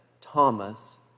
Thomas